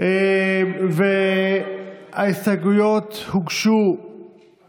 להצעת החוק, והן הוגשו גם